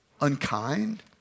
unkind